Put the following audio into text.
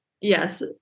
Yes